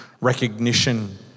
recognition